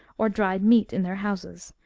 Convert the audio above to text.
or dried meat in their houses,